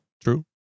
True